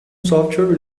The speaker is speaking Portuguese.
software